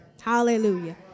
Hallelujah